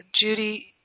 Judy